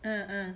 uh uh